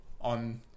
on